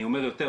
אני אומר יותר,